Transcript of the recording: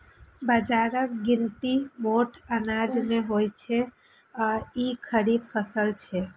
बाजराक गिनती मोट अनाज मे होइ छै आ ई खरीफ फसल छियै